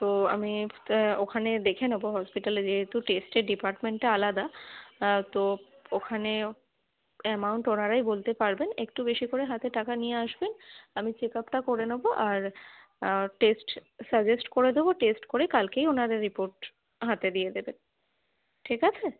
তো আমি ওখানে দেখে নেবো হসপিটালে যেহেতু টেস্টের ডিপার্টমেন্টটা আলাদা তো ওখানে অ্যামাউন্ট ওনারাই বলতে পারবেন একটু বেশি করে হাতে টাকা নিয়ে আসবেন আমি চেক আপটা করে নেবো আর টেস্ট সাজেস্ট করে দেবো টেস্ট করে কালকেই ওনারা রিপোর্ট হাতে দিয়ে দেবে ঠিক আছে